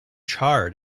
charred